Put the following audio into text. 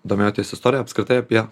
domėjotės istorija apskritai apie